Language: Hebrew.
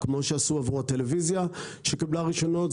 כמו שעשו עבור הטלוויזיה שקיבלה רישיונות.